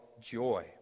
joy